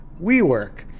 WeWork